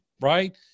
right